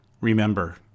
Remember